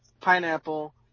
pineapple